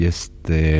Este